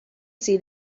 see